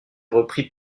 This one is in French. repris